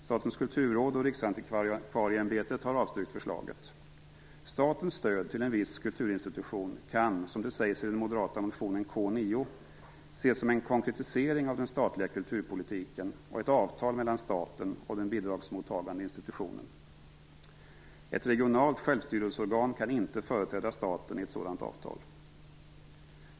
Statens kulturråd och Riksantikvarieämbetet har avstyrkt förslaget. Statens stöd till en viss kulturinstitution kan, som det sägs i den moderata motionen K9, ses som en konkretisering av den statliga kulturpolitiken och ett avtal mellan staten och den bidragsmottagande institutionen. Ett regionalt självstyrelseorgan kan inte företräda staten i ett sådant avtal.